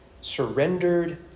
surrendered